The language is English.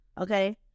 Okay